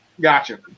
gotcha